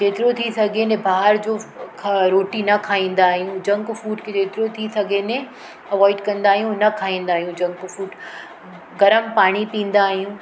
जेतिरो थी सघे ने ॿाहिरि जो अ रोटी न खाईंदा आहियूं जंक फूड जेतिरो थी सघे ने अवॉइड कंदा आहियूं न खाईंदा आहियूं जंक फूड गरम पाणी पीअंदा आहियूं